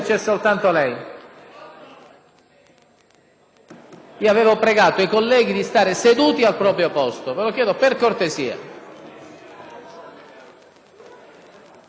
Avevo pregato i colleghi di stare seduti al proprio posto. Ve lo chiedo per cortesia.